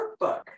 workbook